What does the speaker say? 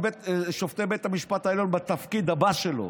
שופטי בית המשפט העליון בתפקיד הבא שלו.